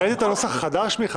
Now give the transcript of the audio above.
ראית את הנוסח החדש?